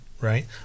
right